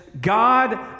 God